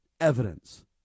evidence